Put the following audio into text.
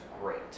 great